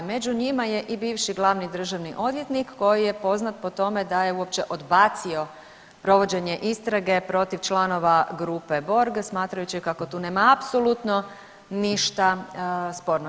Među njima je i bivši glavni državni odvjetnik koji je poznat po tome da je uopće odbacio provođenje istrage protiv članova grupe Borg smatrajući kako tu nema apsolutno ništa sporno.